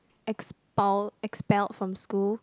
expelled expelled from school